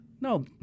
No